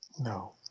No